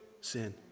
sin